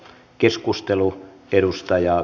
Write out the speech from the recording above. arvoisa puhemies